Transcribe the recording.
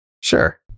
Sure